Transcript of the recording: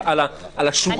תנו